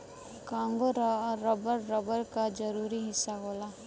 Congo rubber, rubber क जरूरी हिस्सा होला